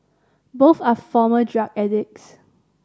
both are former drug addicts